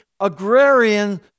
agrarian